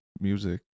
music